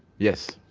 yes.